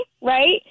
Right